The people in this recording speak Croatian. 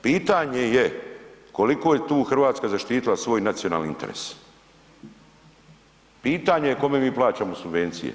Pitanje je koliko je tu Hrvatska zaštitila svoj nacionalni interes, pitanje je kome mi plaćamo subvencije?